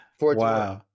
Wow